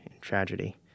tragedy